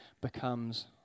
becomes